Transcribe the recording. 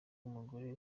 umugore